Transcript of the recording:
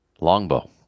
longbow